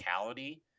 physicality